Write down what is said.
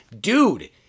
Dude